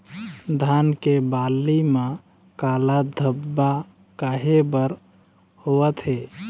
धान के बाली म काला धब्बा काहे बर होवथे?